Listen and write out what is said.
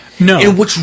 No